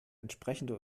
entsprechende